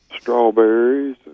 strawberries